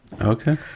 Okay